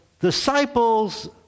disciples